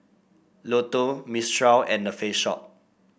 Lotto Mistral and The Face Shop